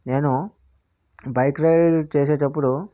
నేను bike driving చేసేటప్పుడు